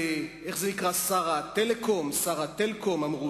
איך זה נקרא, לשר הטלקום, שר הטלקומוניקציה?